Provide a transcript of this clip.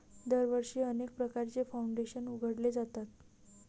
दरवर्षी अनेक प्रकारचे फाउंडेशन उघडले जातात